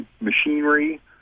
machinery